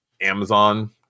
Amazon